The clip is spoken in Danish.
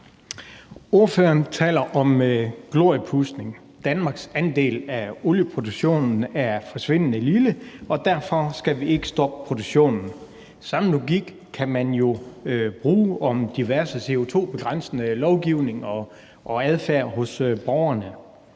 Ordføreren taler om gloriepudsning – Danmarks andel af olieproduktionen er forsvindende lille, og derfor skal vi ikke stoppe produktionen. Samme logik kan man jo bruge om diverse CO2-begrænsende lovgivninger og adfærd hos borgerne.